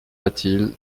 latil